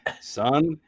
son